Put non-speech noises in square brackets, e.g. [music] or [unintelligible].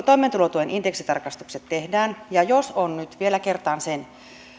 [unintelligible] toimeentulotuen indeksitarkistukset tehdään ja jos on nyt niin vielä kertaan sen